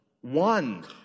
one